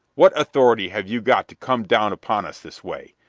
what authority have you got to come down upon us this way?